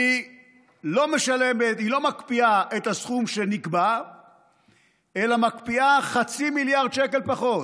היא לא מקפיאה את הסכום שנקבע אלא מקפיאה חצי מיליארד שקל פחות.